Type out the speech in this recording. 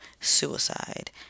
suicide